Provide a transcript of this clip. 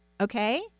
okay